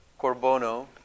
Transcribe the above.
Corbono